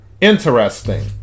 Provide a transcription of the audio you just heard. interesting